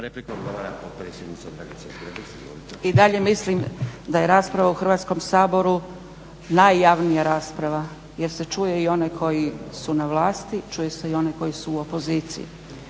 I dalje mislim da je rasprava u Hrvatskom saboru najjavnija rasprava jer se čuje i one koji su na vlasti, čuje se i one koji su u opoziciji.